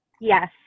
Yes